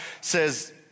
says